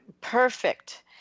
Perfect